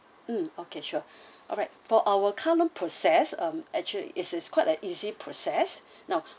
mm okay sure alright for our current process um actually it's it's quite an easy process now